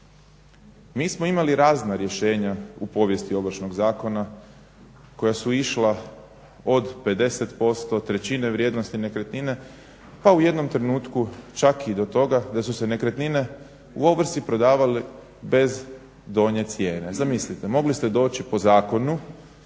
Mi smo imali razna rješenja u povijesti Ovršnog zakona koja su išla od 50%, trećine vrijednosti nekretnine pa u jednom trenutku čak i do toga da su se nekretnine u ovrsi prodavale bez donje cijene. Zamislite, mogli ste doći po zakonu,